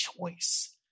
choice